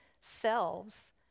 selves